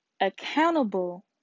accountable